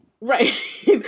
Right